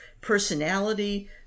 personality